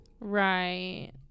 Right